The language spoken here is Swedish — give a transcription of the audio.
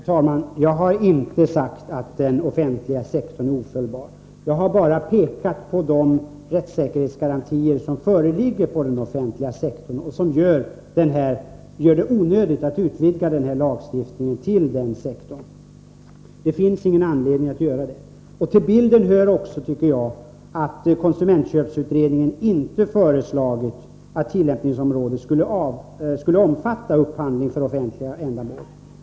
Herr talman! Jag har inte sagt att den offentliga sektorn är ofelbar. Jag har bara pekat på de rättssäkerhetsgarantier som föreligger på den offentliga sektorn och som gör det onödigt att vidga lagstiftningen till att omfatta den sektorn. Till bilden hör också att konsumentköpsutredningen inte föreslagit att tillämpningsområdena skulle omfatta upphandling för offentliga ändamål.